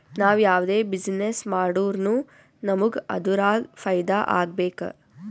ನಾವ್ ಯಾವ್ದೇ ಬಿಸಿನ್ನೆಸ್ ಮಾಡುರ್ನು ನಮುಗ್ ಅದುರಾಗ್ ಫೈದಾ ಆಗ್ಬೇಕ